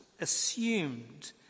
assumed